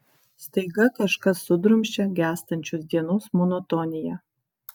staiga kažkas sudrumsčia gęstančios dienos monotoniją